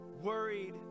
worried